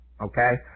okay